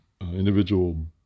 individual